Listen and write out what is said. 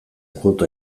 kuota